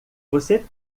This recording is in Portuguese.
você